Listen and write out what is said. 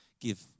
give